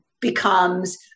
becomes